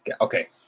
okay